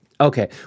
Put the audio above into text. Okay